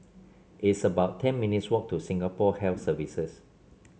it's about ten minutes' walk to Singapore Health Services